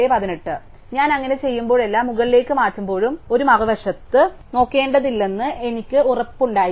അതിനാൽ ഞാൻ അങ്ങനെ ചെയ്യുമ്പോഴും മുകളിലേക്ക് മാറ്റുമ്പോഴും ഒരു മറുവശത്ത് നോക്കേണ്ടതില്ലെന്ന് എനിക്ക് ഉറപ്പുണ്ടായിരിക്കാം